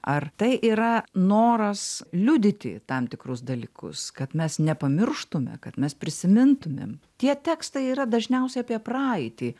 ar tai yra noras liudyti tam tikrus dalykus kad mes nepamirštume kad mes prisimintumėm tie tekstai yra dažniausiai apie praeitį